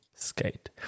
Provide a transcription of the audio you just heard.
skate